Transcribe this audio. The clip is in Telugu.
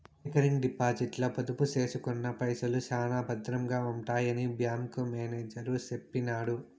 రికరింగ్ డిపాజిట్ల పొదుపు సేసుకున్న పైసల్ శానా బద్రంగా ఉంటాయని బ్యాంకు మేనేజరు సెప్పినాడు